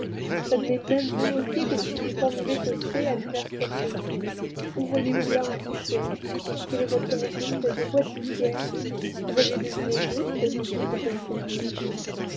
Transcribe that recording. j'admets même volontiers que vous ayez formulé ce souhait à diverses reprises où voyez-vous là un succès quel est votre mérite de quoi êtes-vous fière vous avez deviné juste c'est tout ce que l'on peut dire